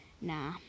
Nah